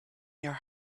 your